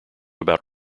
about